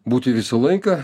būti visą laiką